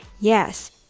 Yes